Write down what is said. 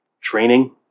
training